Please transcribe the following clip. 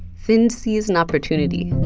thind sees an opportunity.